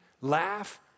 laugh